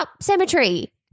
Cemetery